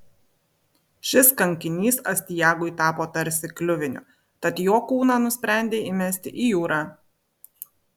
šis kankinys astiagui tapo tarsi kliuviniu tad jo kūną nusprendė įmesti į jūrą